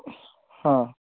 हं